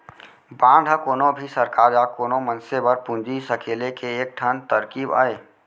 bond ह कोनो भी सरकार या कोनो मनसे बर पूंजी सकेले के एक ठन तरकीब अय